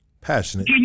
Passionate